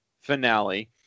finale